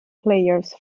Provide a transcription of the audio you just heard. players